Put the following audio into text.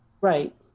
Right